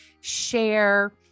share